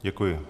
Děkuji.